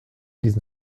diesen